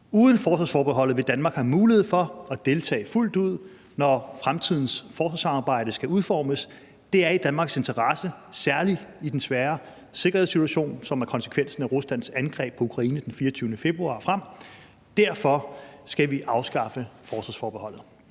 Uden forsvarsforbeholdet vil Danmark have mulighed for at deltage fuldt ud, når fremtidens forsvarssamarbejde skal udformes. Det er i Danmarks interesse, særlig i den svære sikkerhedssituation, som er konsekvensen af Ruslands angreb på Ukraine den 24. februar og frem. Derfor skal vi afskaffe forsvarsforbeholdet.